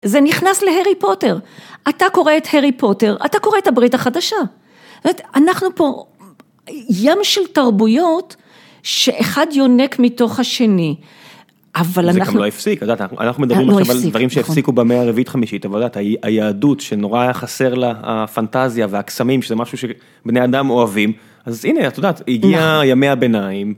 זה נכנס להארי פוטר, אתה קורא את הארי פוטר, אתה קורא את הברית החדשה. אנחנו פה ים של תרבויות, שאחד יונק מתוך השני. אבל אנחנו. זה גם לא הפסיק, אנחנו מדברים עכשיו על דברים שהפסיקו במאה הרביעית חמישית, אבל היהדות שנורא היה חסר לה הפנטזיה והקסמים, שזה משהו שבני אדם אוהבים. אז הנה, אתה יודעת, הגיע ימי הביניים.